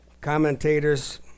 Commentators